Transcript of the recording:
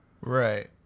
Right